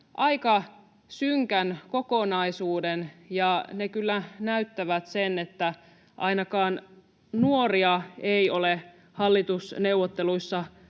aika synkän kokonaisuuden, ja ne kyllä näyttävät sen, että ainakaan nuoria ei ole hallitusneuvotteluissa